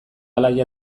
alaia